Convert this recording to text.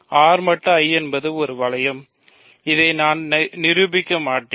R மட்டு I என்பது ஒரு வளையம் இதை நான் நிரூபிக்க மாட்டேன்